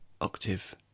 Octave